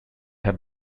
have